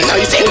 Nice